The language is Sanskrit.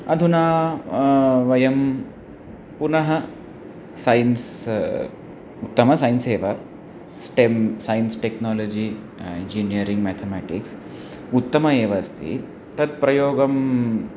अधुना वयं पुनः सैन्स् उत्तमं सैन्स् एव STEM science technology engineering mathematics उत्तमम् एव अस्ति तत्प्रयोगं